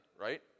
right